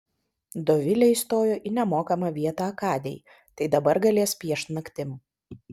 dovilė įstojo į nemokamą vietą akadėj tai dabar galės piešt naktim